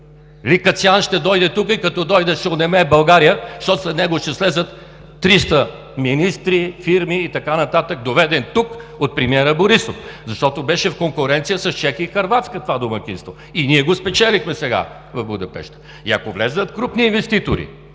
Ли Къцян ще дойде тук и като дойде, ще онемее България, защото след него ще слязат 300 министри, фирми и така нататък, доведени тук от премиера Борисов, защото беше в конкуренция с Чехия и Хърватска това домакинство и ние го спечелихме сега в Будапеща. И ако влязат крупни инвеститори,